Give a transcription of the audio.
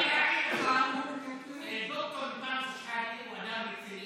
אני רוצה להעיר לך: ד"ר אנטאנס שחאדה הוא אדם רציני,